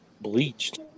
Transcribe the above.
Bleached